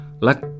luck